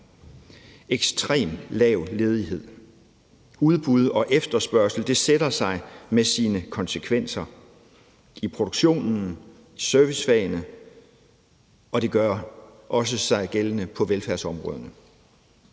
ekstremt lav ledighed. Udbud og efterspørgsel sætter sig med sine konsekvenser i produktionen, i servicefagene, og det gør sig også gældende på velfærdsområderne,